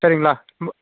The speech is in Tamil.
சரிங்களா ம